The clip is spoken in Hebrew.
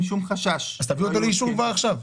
אז תביא אותן לאישור כבר עכשיו.